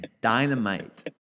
dynamite